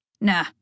Nah